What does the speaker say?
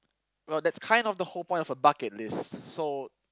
well that's kind of the whole point of a bucket list so